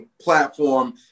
platform